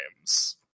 games